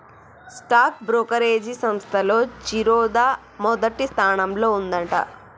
stock brokerage సంస్తల్లో జిరోదా మొదటి స్థానంలో ఉందంట